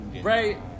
Right